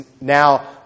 now